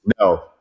No